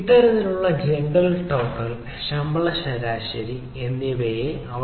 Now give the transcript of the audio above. നമ്മൾക്ക് ഇത് gender total ശമ്പള ശരാശരി എന്നിങ്ങനെ ഉണ്ട്